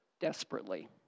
desperately